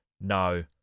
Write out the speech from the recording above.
no